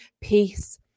peace